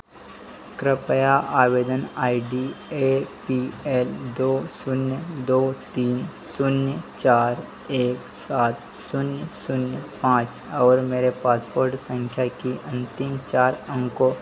कृपया आवेदन I D A P L दो शून्य दो तीन शून्य चार एक सात शून्य शून्य पाँच और मेरे पासपोर्ट संख्या की अंतिम चार अंको